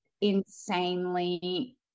insanely